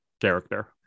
character